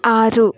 ಆರು